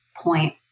point